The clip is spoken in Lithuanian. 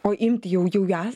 o imtį jau jau ją